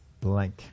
blank